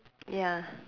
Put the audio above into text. ya